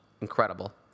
incredible